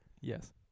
Yes